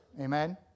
Amen